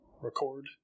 record